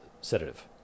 sedative